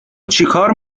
چیکار